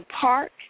park